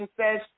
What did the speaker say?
says